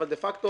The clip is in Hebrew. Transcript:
אבל דה פקטו